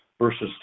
versus